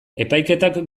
epaiketak